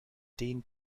den